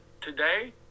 today